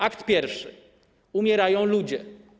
Akt pierwszy: umierają ludzie.